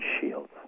shields